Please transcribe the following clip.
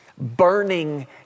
burning